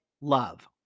love